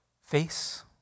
face